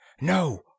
no